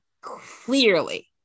clearly